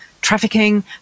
trafficking